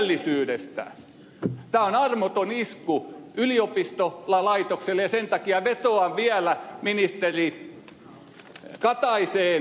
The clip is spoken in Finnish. tämä on armoton isku yliopistolaitokselle ja sen takia vetoan vielä ministeri kataiseen